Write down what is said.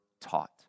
taught